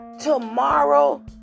tomorrow